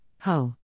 ho